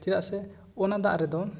ᱪᱮᱫᱟᱜ ᱥᱮ ᱚᱱᱟ ᱫᱟᱜ ᱨᱮᱫᱚ